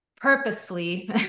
purposefully